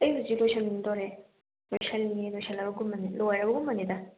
ꯑꯩ ꯍꯨꯖꯤꯛ ꯂꯣꯏꯁꯟꯗꯣꯔꯦ ꯂꯣꯏꯁꯟꯂꯤꯅꯦ ꯂꯣꯏꯁꯟꯂ ꯀꯨꯝꯃꯅꯤ ꯂꯣꯏꯔꯕꯒꯨꯝꯕꯅꯤꯗ